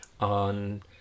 on